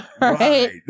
Right